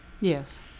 Yes